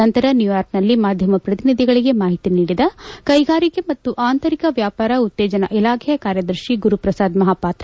ನಂತರ ನ್ಯೂಯಾರ್ಕ್ ನಲ್ಲಿ ಮಾಧ್ಯಮ ಪ್ರತಿನಿಧಿಗಳಿಗೆ ಮಾಹಿತಿ ನೀಡಿದ ಕೈಗಾರಿಕೆ ಮತ್ತು ಆಂತರಿಕ ವ್ಯಾಪಾರ ಉತ್ತೇಜನಾ ಇಲಾಖೆ ಕಾರ್ಯದರ್ಶಿ ಗುರು ಪ್ರಸಾದ್ ಮಹಾಪಾತ್ರ